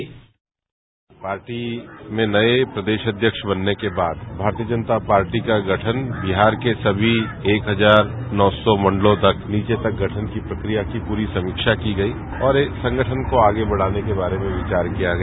bite Bhupendra Yadav party में नये प्रदेश अध्यक्ष बनने के बाद भारतीय जनता पार्टी का गठन विहार के सभी एक हजार नौ सौ मंडलों तक नीचे तक गठन की प्रक्रिया की पूरी समीक्षा की गयी और संगठन को आगे बढ़ाने के बारे में विचार किया गया